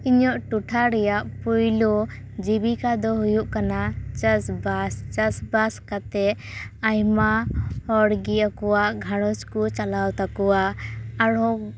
ᱤᱧᱟᱹᱜ ᱴᱚᱴᱷᱟ ᱨᱮᱭᱟᱜ ᱯᱩᱭᱞᱳ ᱡᱤᱵᱤᱠᱟ ᱫᱚ ᱦᱩᱭᱩᱜ ᱠᱟᱱᱟ ᱪᱟᱥ ᱵᱟᱥ ᱪᱟᱥ ᱵᱟᱥ ᱠᱟᱛᱮ ᱟᱭᱢᱟ ᱦᱚᱲ ᱜᱮ ᱟᱠᱚᱣᱟᱜ ᱜᱷᱟᱨᱚᱸᱡᱽ ᱠᱚ ᱪᱟᱞᱟᱣ ᱛᱟᱠᱚᱣᱟ ᱟᱨᱚ